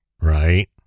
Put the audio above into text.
Right